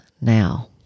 now